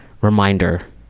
reminder